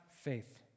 faith